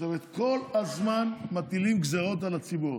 כל הזמן מטילים גזרות על הציבור.